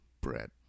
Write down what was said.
bread